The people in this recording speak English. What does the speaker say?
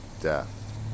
death